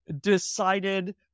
decided